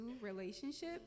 relationship